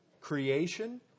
creation